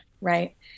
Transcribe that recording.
right